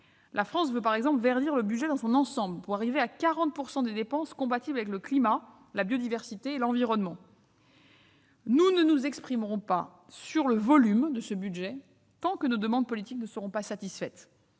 Nous voulons aussi verdir le budget dans son ensemble pour arriver à 40 % de dépenses compatibles avec le climat, la biodiversité et l'environnement. Nous ne nous exprimerons pas sur le volume de ce budget, tant que nos demandes politiques ne seront pas satisfaites